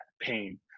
pain